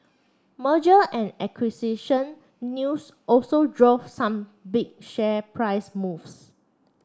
Merger and acquisition news also drove some big share price moves